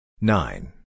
Nine